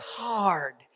hard